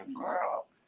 girl